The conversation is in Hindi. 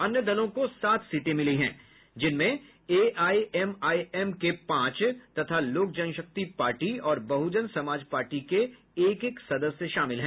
अन्य दलों को सात सीटें मिली हैं जिनमें एआईएमआईएम के पांच लोक जनशक्ति पार्टी और बहुजन समाज पार्टी के एक एक सदस्य शामिल हैं